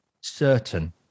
certain